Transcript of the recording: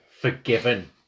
forgiven